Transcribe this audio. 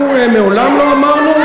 אנחנו מעולם לא אמרנו,